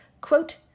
quote